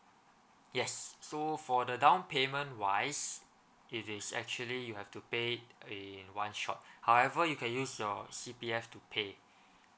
yes so for the down payment wise it is actually you have to pay in one shot however you can use your C_P_F to pay